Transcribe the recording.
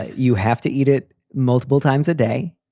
you have to eat it multiple times a day.